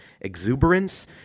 exuberance